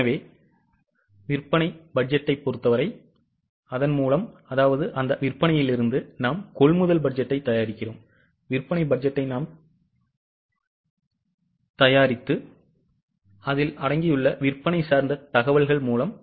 எனவே விற்பனையிலிருந்து நாம் கொள்முதல் பட்ஜெட்டைத் தயாரிக்கிறோம் விற்பனை பட்ஜெட்டை நாம் தயாரிக்கிறோம்